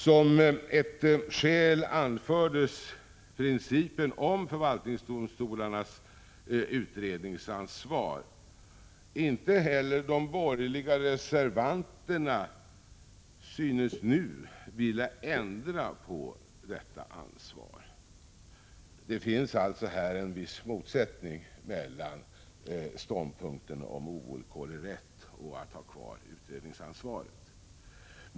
Som ett skäl anfördes principen om förvaltningsdomstolarnas utredningsansvar. Inte heller de borgerliga reservanterna synes nu vilja ändra på detta ansvar. Det finns alltså här en viss motsättning mellan ståndpunkten om ovillkorlig rätt och att ha kvar utredningsansvaret.